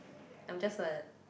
I'm just a